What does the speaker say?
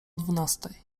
dwunastej